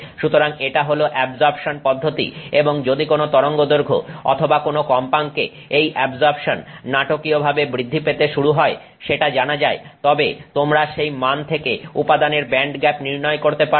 সুতরাং এটা হল অ্যাবজর্পশন পদ্ধতি এবং যদি কোন তরঙ্গদৈর্ঘ্য অথবা কোন কম্পাঙ্কে এই অ্যাবজর্পশন নাটকীয়ভাবে বৃদ্ধি পেতে শুরু হয় সেটা জানা যায় তবে তোমরা সেই মান থেকে উপাদানের ব্যান্ডগ্যাপ নির্ণয় করতে পারবে